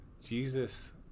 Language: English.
Jesus